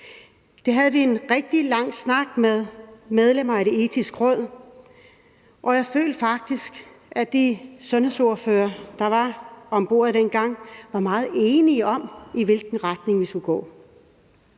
Det havde vi en rigtig lang snak med medlemmer af Det Etiske Råd om, og jeg følte faktisk, at de sundhedsordførere, der sad med ved bordet dengang, var meget enige om, i hvilken retning vi skulle gå.